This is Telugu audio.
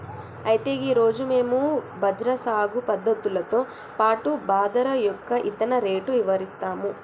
అయితే గీ రోజు మేము బజ్రా సాగు పద్ధతులతో పాటు బాదరా యొక్క ఇత్తన రేటు ఇవరిస్తాము